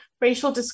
racial